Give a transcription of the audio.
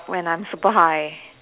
when I'm super high